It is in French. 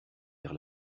vers